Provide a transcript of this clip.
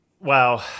Wow